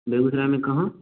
बेगूसराय में कहाँ